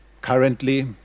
Currently